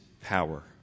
power